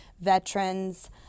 veterans